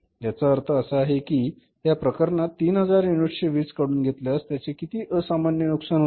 याचा अर्थ असा आहे की या प्रकरणात 3000 युनिट्सने वीज काढून घेतल्यास त्याचे किती असामान्य नुकसान होते